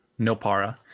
Nopara